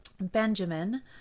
benjamin